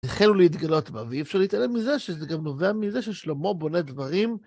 החלו להתגלות בה, אפשר להתעלם מזה שזה גם נובע מזה ששלמה בונה דברים.